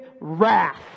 wrath